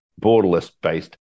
borderless-based